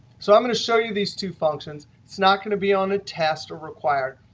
so i'm going to show you these two functions. it's not going to be on a test or required.